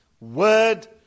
word